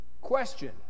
Question